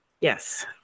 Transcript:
yes